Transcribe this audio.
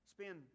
spend